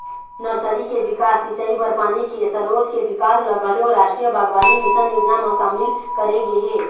nursery के बिकास, सिंचई बर पानी के सरोत के बिकास ल घलोक रास्टीय बागबानी मिसन योजना म सामिल करे गे हे